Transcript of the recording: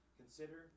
Consider